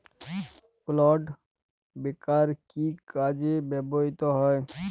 Clod breaker কি কাজে ব্যবহৃত হয়?